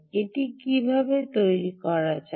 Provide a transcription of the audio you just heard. এটি কীভাবে তৈরি করা যায়